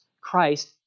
Christ